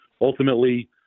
ultimately